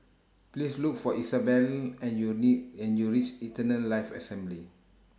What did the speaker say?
Please Look For Isabelle and YOU and YOU REACH Eternal Life Assembly